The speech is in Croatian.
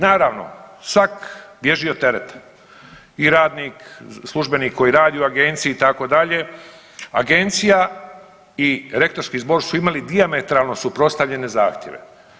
Naravno, svak bježi od tereta i radnik, službenik koji radi u agenciji itd., agencija i rektorski zbor su imali dijametralno suprotstavljene zahtjeve.